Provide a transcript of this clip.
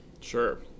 Sure